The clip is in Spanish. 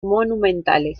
monumentales